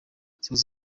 south